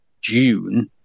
june